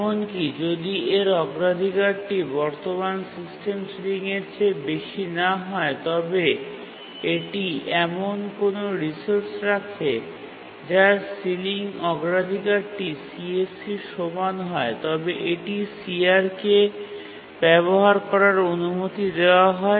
এমনকি যদি এর অগ্রাধিকারটি বর্তমান সিস্টেম সিলিংয়ের চেয়ে বেশি না হয় তবে যদি এটি এমন কোনও রিসোর্স রাখে যার সিলিং অগ্রাধিকারটি CSC র সমান হয় তবে এটি CR কে ব্যবহার করার অনুমতি দেওয়া হয়